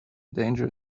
danger